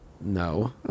no